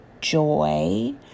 joy